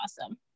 awesome